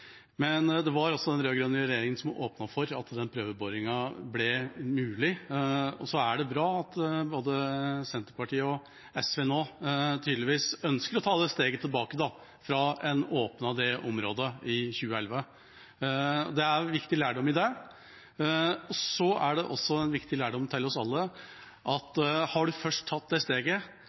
men det var altså den rød-grønne regjeringa som åpnet for at den prøveboringen ble mulig. Det er bra at både Senterpartiet og SV nå tydeligvis ønsker å ta det steget tilbake fra da en åpnet det området i 2011. Det er viktig lærdom i det. Det er også viktig lærdom for oss alle at når en først har tatt det steget,